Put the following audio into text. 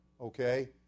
okay